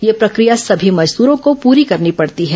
यह प्रक्रिया सभी मजदूरों को पूरी करनी पड़ती है